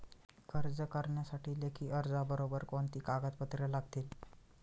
कर्ज करण्यासाठी लेखी अर्जाबरोबर कोणती कागदपत्रे लागतील?